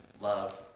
love